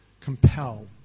Compel